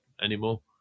anymore